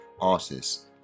artists